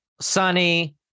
sunny